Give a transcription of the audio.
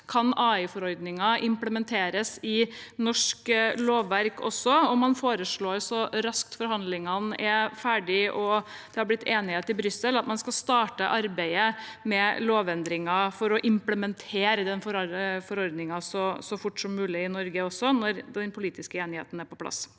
raskt AI-forordningen kan implementeres i norsk lovverk, og man foreslår at så raskt forhandlingene er ferdige og det har blitt enighet i Brussel, skal man starte arbeidet med lovendringer for å implementere forordningen så fort som mulig i Norge også, når den politiske enigheten er på plass.